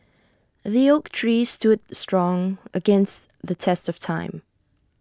the oak tree stood strong against the test of time